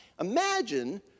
Imagine